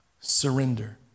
surrender